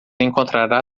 encontrará